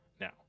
now